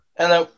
Hello